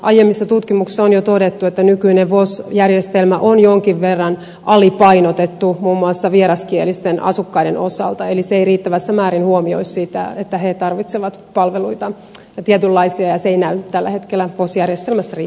aiemmissa tutkimuksissa on jo todettu että nykyinen vos järjestelmä on jonkin verran alipainotettu muun muassa vieraskielisten asukkaiden osalta eli se ei riittävässä määrin huomioi sitä että he tarvitsevat tietynlaisia palveluita ja se ei näy tällä hetkellä vos järjestelmässä riittävästi